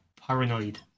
paranoid